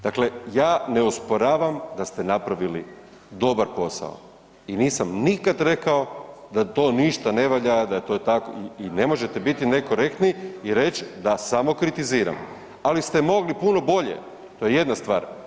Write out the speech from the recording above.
Dakle, ja ne osporavam da ste napravili dobar posao i nisam nikad rekao da to ništa ne valja, da je to tako i ne možete biti ne korektni i reć da samo kritiziram, ali ste mogli puno bolje, to je jedna stvar.